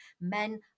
men